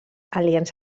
aliens